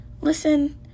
listen